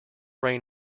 rain